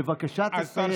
בבקשה תסיים.